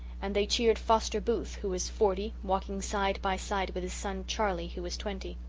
and they cheered foster booth, who is forty, walking side by side with his son charley who is twenty.